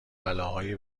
بلاهای